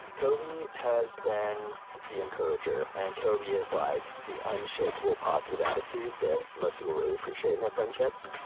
coby has been the encourager. and coby is, like, the unshakeable positive attitude that most people really appreciate in their friendships.